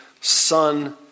son